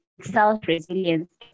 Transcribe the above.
self-resilience